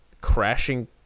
crashing